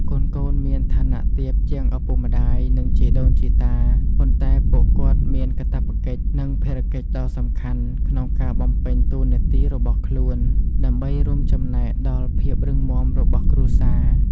កូនៗមានឋានៈទាបជាងឪពុកម្ដាយ និងជីដូនជីតា ប៉ុន្តែពួកគាត់មាន កាតព្វកិច្ច និងភារកិច្ចដ៏សំខាន់ ក្នុងការបំពេញតួនាទីរបស់ខ្លួនដើម្បីរួមចំណែកដល់ភាពរឹងមាំរបស់គ្រួសារ។